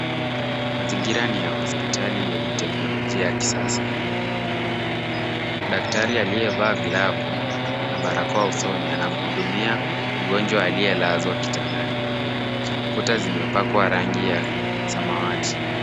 Mazingira ni ya hospitali yenye teknolojia ya kisasa. Daktari aliyevaa glavu na barakoa usoni anamhudumia mgonjwa aliye lazwa kitandani. Kuta zimepakwa rangi ya samawati.